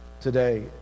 today